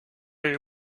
did